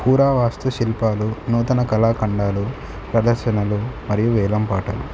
పురావస్తు శిల్పాలు నూతన కళాఖండాలు ప్రదర్శనలు మరియు వేలం పాటలు